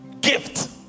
gift